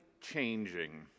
changing